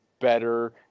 better